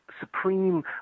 supreme